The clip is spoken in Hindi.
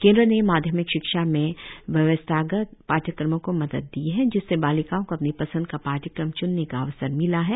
केन्द्र ने माध्यमिक शिक्षा में व्यवसायगत पाठ्यक्रमों को मदद दी है जिससे बालिकाओं को अपनी पसंद का पाठ्यक्रम च्नने का अवसर मिला है